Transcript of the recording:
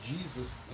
Jesus